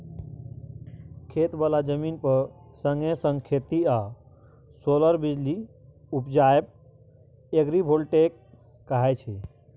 खेत बला जमीन पर संगे संग खेती आ सोलर बिजली उपजाएब एग्रीबोल्टेइक कहाय छै